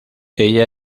ella